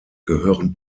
gehören